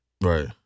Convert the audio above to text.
Right